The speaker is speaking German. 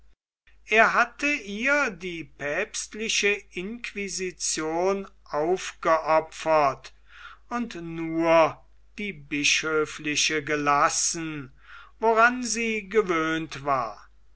er hatte ihr die päpstliche inquisition aufgeopfert und nur die bischöfliche gelassen woran sie gewöhnt war